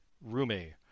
Rumi